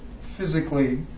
physically